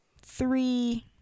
three